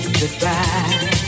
goodbye